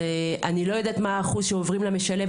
אני לא יודעת מה האחוז שעוברים למשלב,